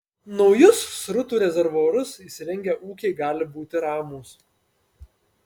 naujus srutų rezervuarus įsirengę ūkiai gali būti ramūs